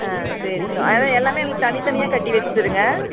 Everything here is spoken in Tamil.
ஆ சரிங்க ஆ எல்லாமே எங்களுக்கு தனித்தனியாக கட்டி வச்சிருங்கள்